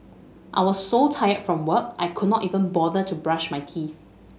I was so tired from work I could not even bother to brush my teeth